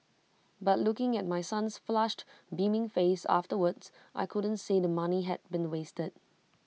but looking at my son's flushed beaming face afterwards I couldn't say the money had been wasted